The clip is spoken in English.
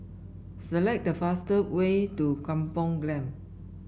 select the fastest way to Kampong Glam